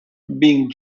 being